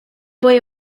boy